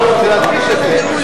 אני רוצה להדגיש את זה.